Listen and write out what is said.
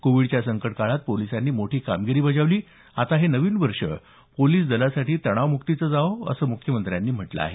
कोविडच्या संकट काळात पोलिसांनी मोठी कामगिरी बजावली आता हे नवीन वर्ष पोलीस दलासाठी तणावम्क्तीचे जावो असं म्ख्यमंत्र्यांनी म्हटलं आहे